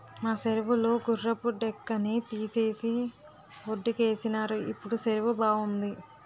మా సెరువు లో గుర్రపు డెక్కని తీసేసి వొడ్డుకేసినారు ఇప్పుడు సెరువు బావుంది